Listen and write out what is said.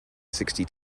sixty